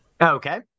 Okay